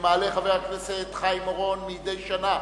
שמעלה חבר הכנסת חיים אורון מדי שנה,